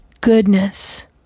goodness